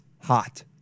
hot